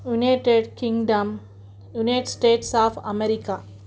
United Kingdom United States of America